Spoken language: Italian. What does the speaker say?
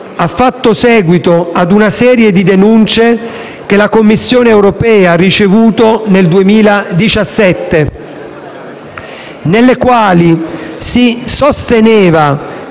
ha fatto seguito a una serie di denunce che la Commissione europea ha ricevuto nel 2017, nelle quali si sosteneva